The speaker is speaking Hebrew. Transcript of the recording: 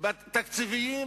השינויים התקציביים